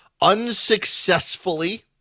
unsuccessfully